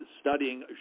studying